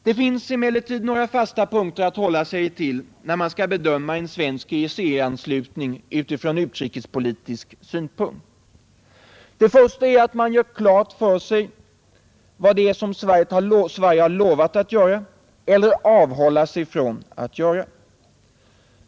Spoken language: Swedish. Det finns emellertid några fasta punkter att hålla sig till när man skall bedöma en svensk EEC-anslutning utifrån utrikespolitisk synpunkt. Den första är att man gör klart för sig vad det är Sverige har lovat att göra eller avhålla sig från att göra.